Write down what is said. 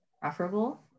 preferable